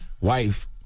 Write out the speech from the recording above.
wife